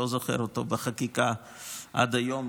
לא זוכר אותו בחקיקה עד היום.